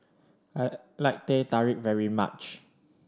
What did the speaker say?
I like Teh Tarik very much